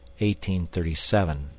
1837